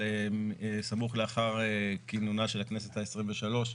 בסמוך לאחר כינונה של הכנסת העשרים ושלוש,